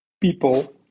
people